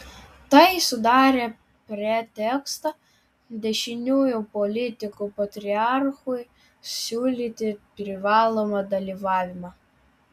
tai sudarė pretekstą dešiniųjų politikų patriarchui siūlyti privalomą dalyvavimą